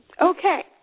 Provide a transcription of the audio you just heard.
Okay